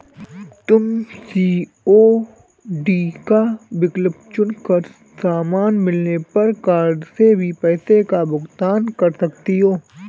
तुम सी.ओ.डी का विकल्प चुन कर सामान मिलने पर कार्ड से भी पैसों का भुगतान कर सकती हो